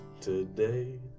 today